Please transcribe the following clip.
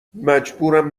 مجبورم